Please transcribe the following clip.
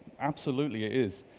absolutely it is,